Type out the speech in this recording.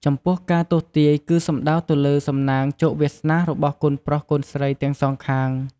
ចំពោះការទស្សន៍ទាយគឺសំដៅទៅលើសំណាងជោគវាសនារបស់កូនប្រុសកូនស្រីទាំងសងខាង។